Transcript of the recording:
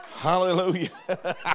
Hallelujah